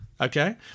Okay